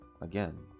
Again